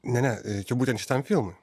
ne ne būtent šitam filmui